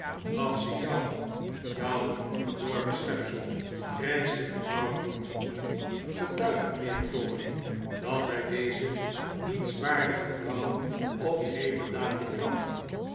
gaf ze jou jou verdorven schepsel krijschte mevrouw bute getuig mijnheer crawley dat wij deze nietswaardige vrouw op heeterdaad betrapten